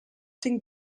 den